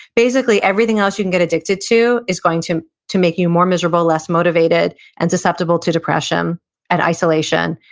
basically, everything else you can get addicted to is going to to make you more miserable, less motivated, and susceptible to depression and isolation,